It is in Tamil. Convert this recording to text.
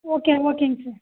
ஓகே ஓகேங்க சார்